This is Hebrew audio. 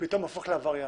פתאום הוא הופך לעבריין,